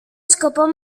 σκοπό